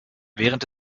während